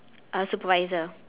uh supervisor